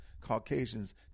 Caucasians